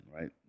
right